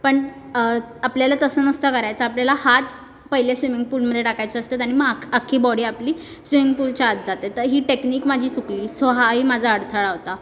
पण आपल्याला तसं नसतं करायचं आपल्याला हात पहिले स्वीमिंग पूलमध्ये टाकायचे असतात आणि मग आख अख्खी बॉडी आपली स्वीमिंग पूलच्या आत जाते ही टेक्निक माझी चुकली त्सो हाही माझा अडथळा होता